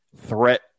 threat